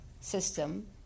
system